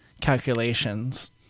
calculations